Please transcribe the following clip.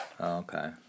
Okay